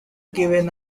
given